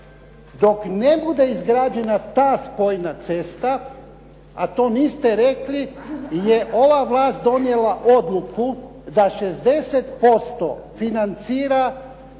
dok ne bude izgrađena ta spojna cesta a to niste rekli je ova vlast donijela odluku da 60% financira